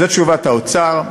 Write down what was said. זאת תשובת האוצר,